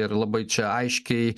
ir labai čia aiškiai